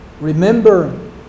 Remember